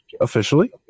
officially